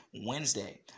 Wednesday